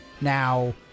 Now